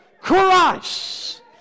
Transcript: Christ